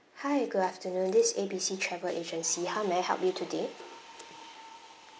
hi good afternoon this A B C travel agency how may I help you today